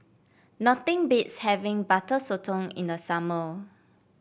nothing beats having Butter Sotong in the summer